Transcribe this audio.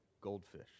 goldfish